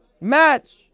match